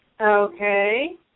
Okay